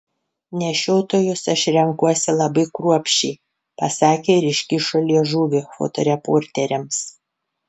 nešiotojus aš renkuosi labai kruopščiai pasakė ir iškišo liežuvį fotoreporteriams